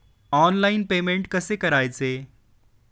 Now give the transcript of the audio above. Online payment कसे करायचे?